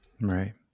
Right